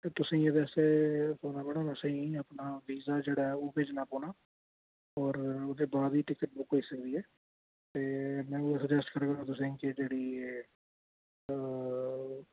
ते तुसें गी एह्दे आस्तै पौना तुसें अपना वीज़ा जेह्ड़ा ऐ ओह् भेजना पौना होर ओह्दे बाद ई टिकट बुक होई सकदी ऐ ते में सजेस्ट करगा तुसें कि जेह्ड़ी ऐ ओह्